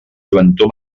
lluentor